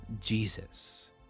Jesus